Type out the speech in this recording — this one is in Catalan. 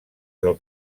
del